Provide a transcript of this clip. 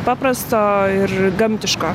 paprasto ir gamtiško